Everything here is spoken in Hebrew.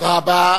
תודה רבה.